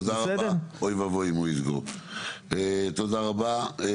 תודה רבה, אוי ואבוי אם הוא יסגור, תודה רבה.